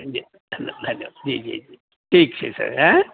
जी धन्य हँ